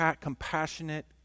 compassionate